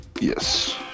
Yes